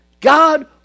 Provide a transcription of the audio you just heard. God